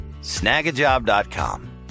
snagajob.com